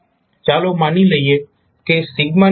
ચાલો માની લઈએ કે ની વેલ્યુ c છે